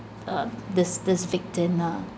um this this victim ah